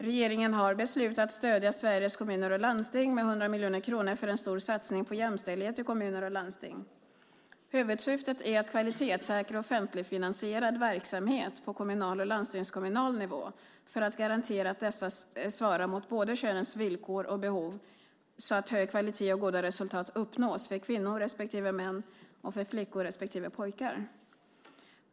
Regeringen har beslutat att stödja Sveriges Kommuner och Landsting, SKL, med 100 miljoner kronor för en stor satsning på jämställdhet i kommuner och landsting. Huvudsyftet är att kvalitetssäkra offentligfinansierad verksamhet på kommunal och landstingskommunal nivå för att garantera att dessa svarar mot båda könens villkor och behov så att hög kvalitet och goda resultat uppnås för kvinnor respektive män och för flickor respektive pojkar.